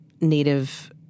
Native –